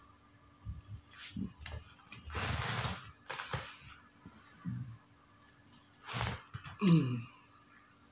mmhmm